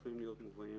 צריך להיות מובא לקבינט.